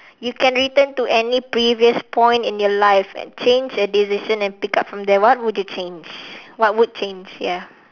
you can return to any previous point in your life change a decision and pick up from there what would you change what would change ya